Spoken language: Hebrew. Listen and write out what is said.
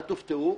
אל תופתעו,